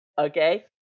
Okay